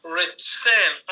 return